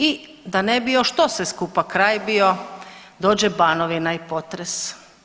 I da ne bi još to sve skupa kraj bio, dođe Banovina i potres.